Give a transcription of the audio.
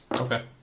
Okay